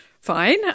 Fine